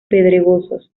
pedregosos